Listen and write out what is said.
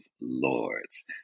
Lords